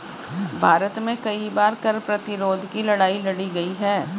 भारत में कई बार कर प्रतिरोध की लड़ाई लड़ी गई है